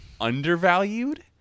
undervalued